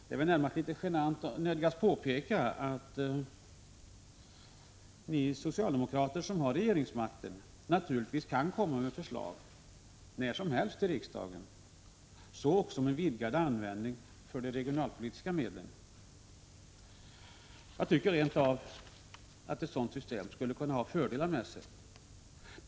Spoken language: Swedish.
Det är närmast genant att nödgas påpeka att ni socialdemokrater som har regeringsmakten naturligtvis kan komma med förslag när som helst i riksdagen, så också om en vidgad användning för de regionalpolitiska medlen. Jag tycker att ett sådant system rent av skulle medföra fördelar.